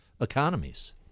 economies